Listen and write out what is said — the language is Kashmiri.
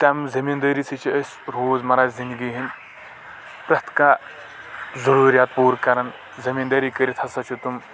تَمہِ زمیٖندأری سۭتۍ چھ أسۍ روزمرہ زِنٛدگی ۂنٛدۍ پرٛٮ۪تھ کانٛہہ ضوٚروٗریات پوٗرٕ کران زمیٖندأری کٔرِتھ ہسا چھ تِم